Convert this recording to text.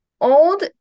old